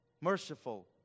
merciful